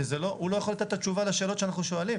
הוא לא יכול לתת את התשובה לשאלות שאנחנו שואלים.